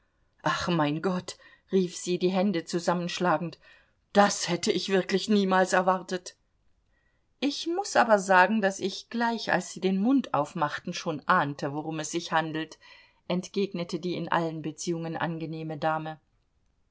ach mein gott rief sie die hände zusammenschlagend das hätte ich wirklich niemals erwartet ich muß aber sagen daß ich gleich als sie den mund aufmachten schon ahnte worum es sich handelt entgegnete die in allen beziehungen angenehme dame